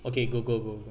okay go go go go